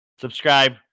Subscribe